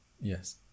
Yes